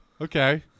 Okay